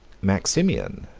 maximian,